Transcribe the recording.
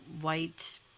white